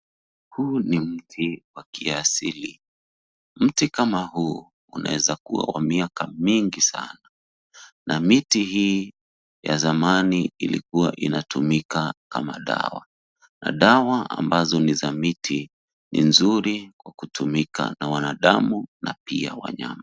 Huu ni mti wa kiasili. Mti kama huu unaweza kuwa wa miaka mingi sana na miti hii ya zamani ilikuwa inatumika kama dawa, na dawa ambazo ni za miti ni nzuri kwa kutumika na wanadamu na pia wanyama.